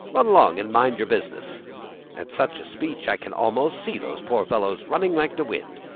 run along and mind your business at such a speech, i can almost see those poor fellows running like the wind.